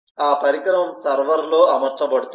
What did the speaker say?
ఆ పరికరం సర్వర్లో అమర్చబడుతుంది